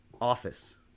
office